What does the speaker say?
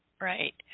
right